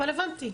אבל הבנתי.